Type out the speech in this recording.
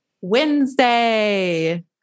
Wednesday